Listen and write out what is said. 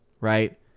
right